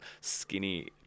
skinny